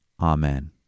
Amen